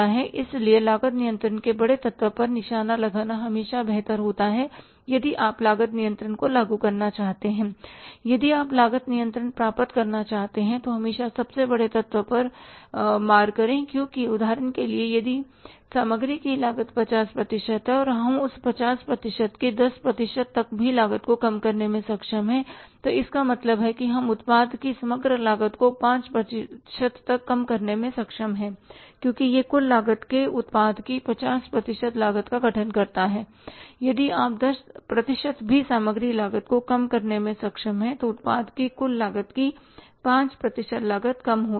इसलिए लागत नियंत्रण के बड़े तत्व पर निशाना लगाना हमेशा बेहतर होता है यदि आप लागत नियंत्रण को लागू करना चाहते हैं यदि आप लागत नियंत्रण प्राप्त करना चाहते हैं तो हमेशा सबसे बड़े तत्व पर हिट करें क्योंकि उदाहरण के लिए यदि सामग्री की लागत 50 प्रतिशत है और हम उस 50 प्रतिशत की 10 प्रतिशत तक भी लागत को कम करने में सक्षम हैं इसका मतलब है कि हम उत्पाद की समग्र लागत को 5 प्रतिशत तक कम करने में सक्षम हैं क्योंकि यह कुल लागत के उत्पाद की 50 प्रतिशत लागत का गठन करता है और यदि आप 10 प्रतिशत भी सामग्री लागत को कम करने में सक्षम हैं तो उत्पाद की कुल लागत की 5 प्रतिशत लागत कम हो जाएगी